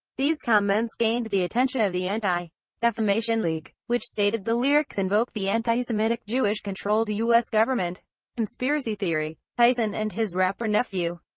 these comments gained the attention of the anti defamation league, which stated the lyrics invoke the antisemitic jewish-controlled us government conspiracy theory. tyson and his rapper nephew,